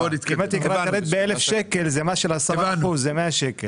אם אתה --- באלף ₪, זה מס של 10%; זה 100 ₪.